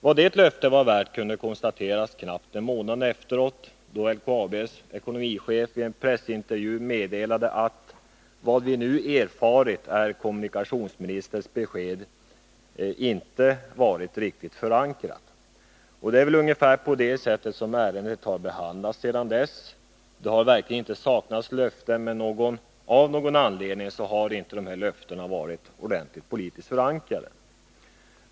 Vad det löftet var värt kunde konstateras knappt en månad senare då LKAB:s ekonomichef i en pressintervju meddelade att vad vi nu erfarit är att kommunikationsministerns besked inte var riktigt förankrat. Det är väl ungefär på det sättet som ärendet har behandlats sedan dess. Det har verkligen inte saknats löften, men av någon anledning har dessa löften inte varit ordentligt politiskt förankrade.